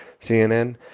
CNN